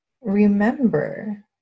remember